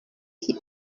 qui